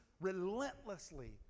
relentlessly